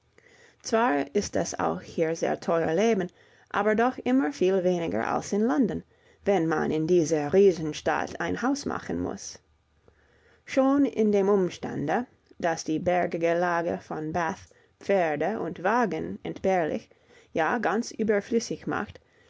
zwar ist es auch hier sehr teuer leben aber doch immer viel weniger als in london wenn man in dieser riesenstadt ein haus machen muß schon in dem umstande daß die bergige lage von bath pferde und wagen entbehrlich ja ganz überflüssig macht